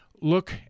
look